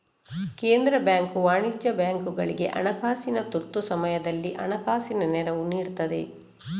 ಕೇಂದ್ರ ಬ್ಯಾಂಕು ವಾಣಿಜ್ಯ ಬ್ಯಾಂಕುಗಳಿಗೆ ಹಣಕಾಸಿನ ತುರ್ತು ಸಮಯದಲ್ಲಿ ಹಣಕಾಸಿನ ನೆರವು ನೀಡ್ತದೆ